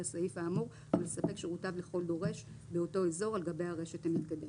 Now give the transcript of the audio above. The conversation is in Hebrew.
הסעיף האמור ולספק שירותיו לכל דורש באותו אזור על גבי הרשת המתקדמת".